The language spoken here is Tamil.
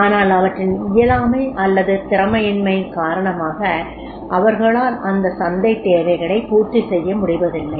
ஆனால் அவற்றின் இயலாமை அல்லது திறமையின்மை காரணமாக அவர்களால் அதன் சந்தைத் தேவைகளை பூர்த்தி செய்ய முடிவதில்லை